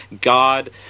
God